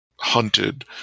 Hunted